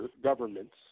governments